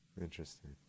Interesting